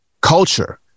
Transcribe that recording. culture